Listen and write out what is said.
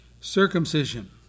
circumcision